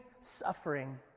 suffering